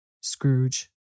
Scrooge